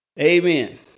Amen